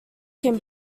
can